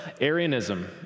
Arianism